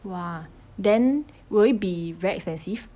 !wah! then will it be very expensive